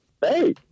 Hey